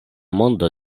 mondo